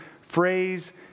phrase